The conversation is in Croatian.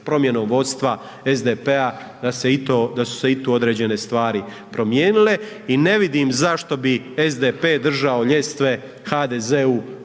promjenom vodstva SDP-a da se i to, da su se i tu određene stvari promijenile i ne vidim zašto bi SDP držao ljestve HDZ-u